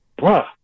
Bruh